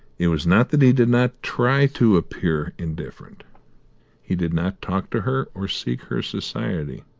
it was not that he did not try to appear indifferent he did not talk to her, or seek her society.